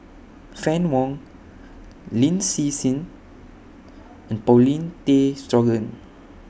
Fann Wong Lin Hsin Hsin and Paulin Tay Straughan